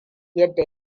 yadda